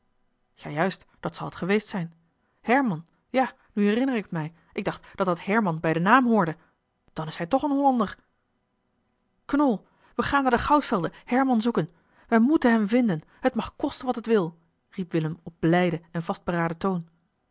juist dat zal het geweest zijn herman ja nu herinner ik het mij ik dacht dat dat herman bij den naam hoorde dan is hij toch een hollander knol we gaan naar de goudvelden herman zoeken wij moeten hem vinden het mag kosten wat het wil riep willem op blijden en vastberaden toon